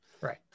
Right